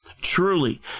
Truly